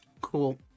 Cool